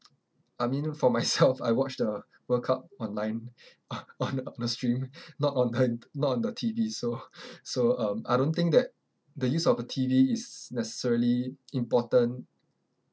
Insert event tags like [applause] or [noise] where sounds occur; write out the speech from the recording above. I mean for for myself [laughs] I watch the world cup online [laughs] on on on the stream not on the not on the T_V so so um I don't think that the use of the T_V is necessarily important